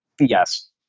Yes